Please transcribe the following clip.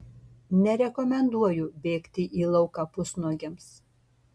nerekomenduoju bėgti į lauką pusnuogiams